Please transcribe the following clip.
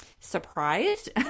surprised